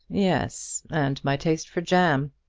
yes and my taste for jam.